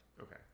Okay